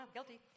Guilty